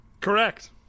Correct